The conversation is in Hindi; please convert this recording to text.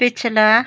पिछला